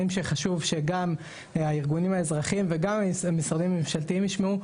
שחשוב שגם הארגונים האזרחיים וגם המשרדים הממשלתיים ישמעו.